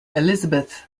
elizabeth